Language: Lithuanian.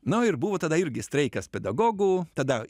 nu ir buvo tada irgi streikas pedagogų tada